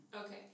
Okay